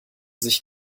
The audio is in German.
sich